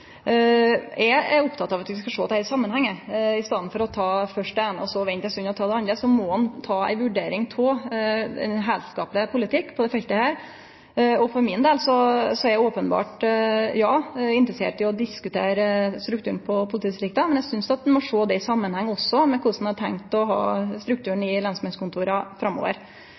Eg er oppteken av at vi skal sjå dette i samanheng. I staden for å ta først det eine, så vente ei stund og så ta det andre, må ein vurdere ein heilskapleg politikk på dette feltet. For min del er eg interessert i å diskutere strukturen når det gjeld politidistrikta, men eg synest ein òg må sjå det i samanheng med korleis ein har tenkt å ha strukturen for lensmannskontora framover.